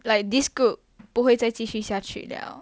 like this group 不会再继续下去了